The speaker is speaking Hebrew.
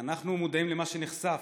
אנחנו מודעים למה שנחשף,